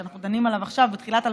שאנחנו דנים עליו עכשיו בתחילת,